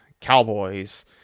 Cowboys